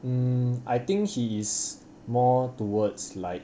mm I think he is more towards like